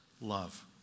love